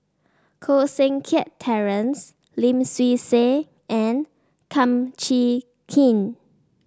Koh Seng Kiat Terence Lim Swee Say and Kum Chee Kin